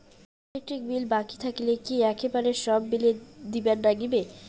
Electric bill বাকি থাকিলে কি একেবারে সব বিলে দিবার নাগিবে?